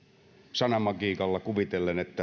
sanamagiikalla kuvitellen että